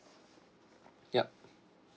yup